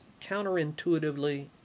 counterintuitively